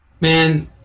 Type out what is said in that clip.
Man